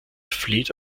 flieht